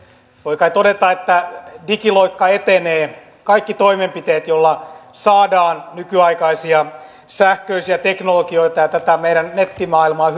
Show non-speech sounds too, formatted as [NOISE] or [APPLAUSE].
voi kai todeta että digiloikka etenee kaikki toimenpiteet joilla saadaan nykyaikaisia sähköisiä teknologioita ja tätä meidän nettimaailmaa [UNINTELLIGIBLE]